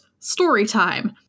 Storytime